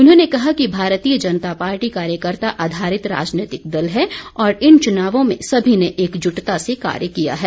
उन्होंने कहा कि भारतीय जनता पार्टी कार्यकर्ता आधारित राजनीतिक दल है और इन चुनावों में सभी ने एकजुटता से कार्य किया है